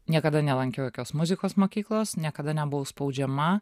niekada nelankiau jokios muzikos mokyklos niekada nebuvau spaudžiama